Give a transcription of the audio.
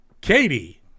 Katie